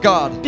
God